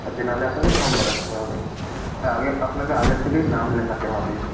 আচ্ছা নাহলে আপনাকে সোমবার আসতে হবে হ্যাঁ আগে আপনাকে আগের থেকেই নাম লেখাতে হবে